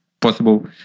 possible